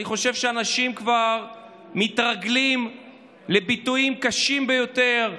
אני חושב שאנשים כבר מתרגלים לביטויים קשים ביותר.